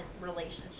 relationship